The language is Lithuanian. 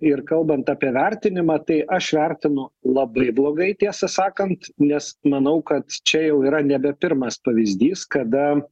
ir kalbant apie vertinimą tai aš vertinu labai blogai tiesą sakant nes manau kad čia jau yra nebe pirmas pavyzdys kada